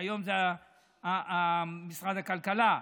כיום זה משרד הכלכלה,